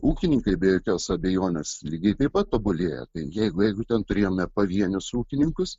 ūkininkai be jokios abejonės lygiai taip pat tobulėja tai jeigu jeigu ten turėjome pavienius ūkininkus